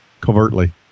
covertly